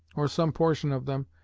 or some portion of them,